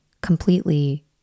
completely